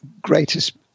greatest